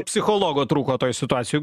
psichologo trūko toj situacijoj